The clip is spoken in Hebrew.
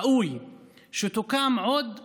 ראוי שתוקמנה עוד ועדות.